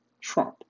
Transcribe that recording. Trump